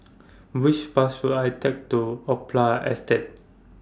Which Bus should I Take to Opera Estate